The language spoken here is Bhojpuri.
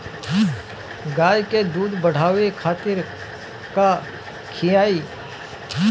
गाय के दूध बढ़ावे खातिर का खियायिं?